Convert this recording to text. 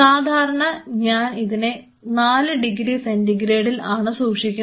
സാധാരണ ഞാൻ ഇതിനെ 4 ഡിഗ്രി സെൻറിഗ്രേഡിൽ ആണ് സൂക്ഷിക്കുന്നത്